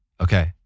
Okay